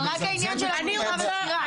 אבל רק העניין של הפתיחה והסגירה.